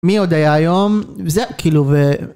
מי עוד היה היום? זה כאילו ו...